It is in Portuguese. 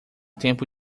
tempo